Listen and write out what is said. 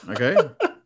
Okay